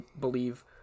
believe